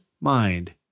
mind